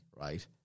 right